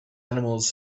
animals